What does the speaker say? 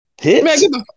hits